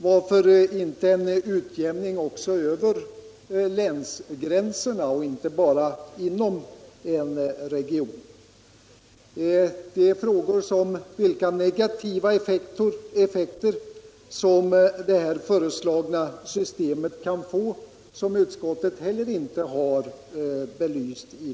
Varför inte en utjämning också över länsgränserna — och inte bara inom en region? Detta är frågor om vilka negativa effekter som det föreslagna systemet skulle få som utskottet inte har belyst.